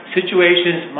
situations